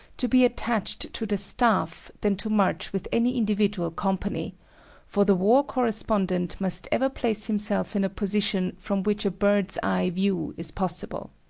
to be attached to the staff than to march with any individual company for the war correspondent must ever place himself in a position from which a bird's-eye view is possible.